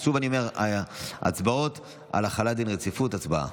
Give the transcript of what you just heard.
חמישה בעד, אין מתנגדים, אין נמנעים.